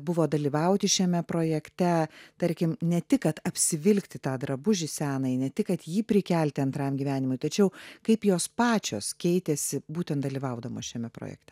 buvo dalyvauti šiame projekte tarkim ne tik kad apsivilkti tą drabužį senąjį ne tik kad jį prikelti antram gyvenimui tačiau kaip jos pačios keitėsi būtent dalyvaudamos šiame projekte